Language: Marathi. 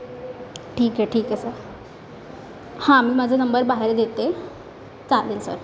ठीक आहे ठीक आहे सर हां मी माझा नंबर बाहेर देते चालेल सर